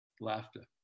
laughter